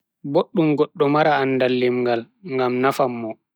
Boddum goddo mara andaal limngal, ngam nafan mo.